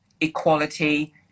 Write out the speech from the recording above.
equality